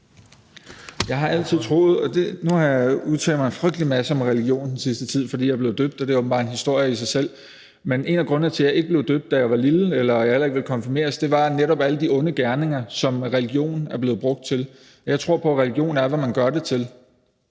Jacob Mark (SF): Nu har jeg jo udtalt mig en frygtelig masse om religion i den sidste tid, fordi jeg er blevet døbt, og det er åbenbart en historie i sig selv. Men en af grundene til, at jeg ikke blev døbt, da jeg var lille, og at jeg heller ikke ville konfirmeres, handlede netop om alle de onde gerninger, som religionen er blevet brugt til, og jeg tror på, at religion er, hvad man gør det til,